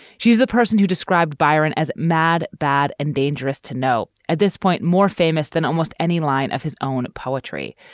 she's the person who described byron as mad, bad and dangerous to know at this point, more famous than almost any line of his own poetry.